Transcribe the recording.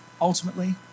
Ultimately